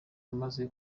amaze